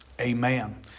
Amen